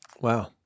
Wow